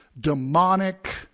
demonic